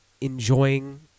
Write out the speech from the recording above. enjoying